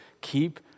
keep